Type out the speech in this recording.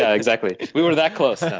ah exactly. we were that close.